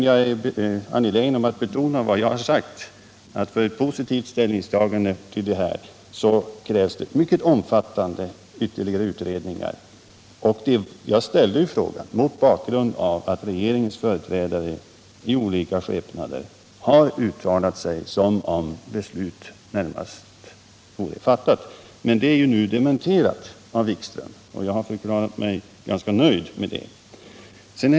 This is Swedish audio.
Jag är dock angelägen om att betona vad jag redan sagt, att för ett positivt ställningstagande krävs mycket omfattande ytterligare utredningar. Jag ställde frågan mot bakgrunden av att regeringens företrädare i olika skepnader har uttalat sig som om beslutet närmast var fattat. Detta är nu dementerat av Wikström och jag har förklarat mig ganska nöjd med det svaret.